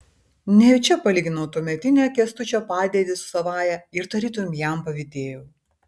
nejučia palyginau tuometinę kęstučio padėtį su savąja ir tarytum jam pavydėjau